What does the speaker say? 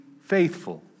faithful